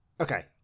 okay